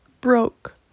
broke